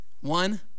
One